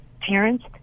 parents